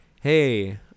hey